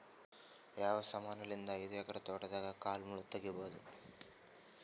ಯಾವ ಸಮಾನಲಿದ್ದ ಐದು ಎಕರ ತೋಟದಾಗ ಕಲ್ ಮುಳ್ ತಗಿಬೊದ?